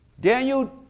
Daniel